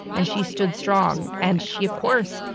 and she stood strong and she of course,